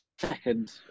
second